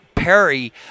Perry